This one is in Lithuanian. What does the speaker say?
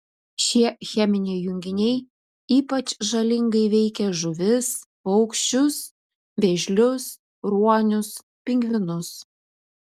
šie cheminiai junginiai ypač žalingai veikia žuvis paukščius vėžlius ruonius pingvinus